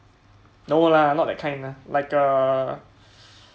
no lah not that kind lah like uh